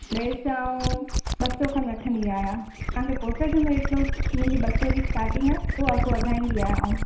टे सौ ॿ सौ खनि वठंदी आहियां तव्हांजे कोसे जो मेटलो हुन जी ॿ सौ जी स्टार्टिंग आहे पोइ अघु वधाईंदी आहियां आऊं